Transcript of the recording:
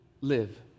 live